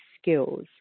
Skills